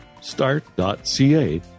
start.ca